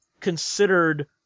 considered